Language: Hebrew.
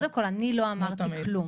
קודם כל, אני לא אמרתי כלום.